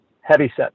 heavyset